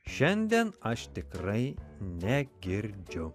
šiandien aš tikrai negirdžiu